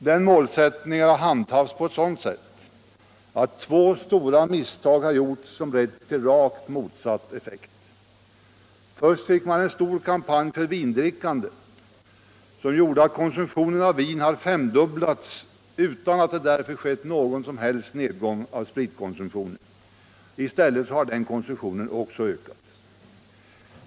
Den målsättningen har handhafts på sådant sätt att två stora misstag har lett till rakt motsatt effekt. Först genomfördes en stor kampanj för vindrickande, som gjorde att konsumtionen av vin har femdubblats utan att det därför har skett någon som helst nedgång i spritkonsumtionen. I stället har också den konsumtionen ökat.